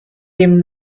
dem